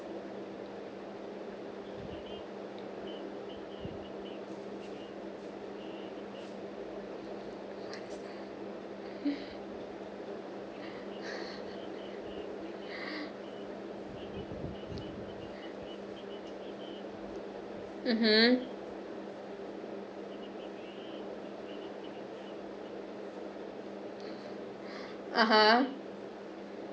mmhmm (uh huh)